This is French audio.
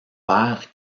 père